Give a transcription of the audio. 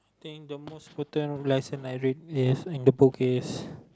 think the most important lines that I read is in the book is